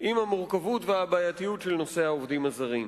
עם המורכבות והבעייתיות של נושא העובדים הזרים.